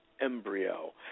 embryo